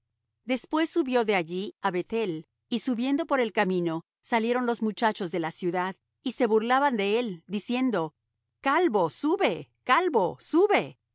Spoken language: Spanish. después subió de allí á beth-el y subiendo por el camino salieron los muchachos de la ciudad y se burlaban de él diciendo calvo sube calvo sube